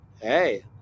Hey